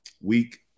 week